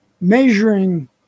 measuring